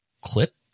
clip